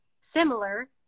similar